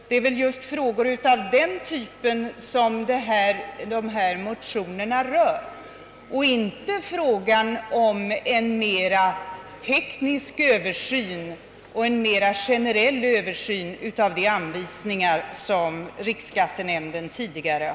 Det är just frågor av den typen som motionerna gäller och inte frågan om en mer generell teknisk översyn av de anvisningar som riksskattenämnden utfärdar.